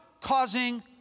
causing